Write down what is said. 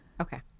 Okay